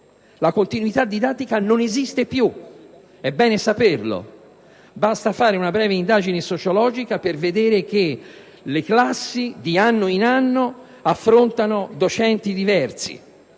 la continuità didattica non esiste più, è bene saperlo. Basta fare una breve indagine sociologica per vedere che le classi di anno in anno affrontano docenti diversi: